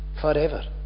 forever